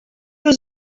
was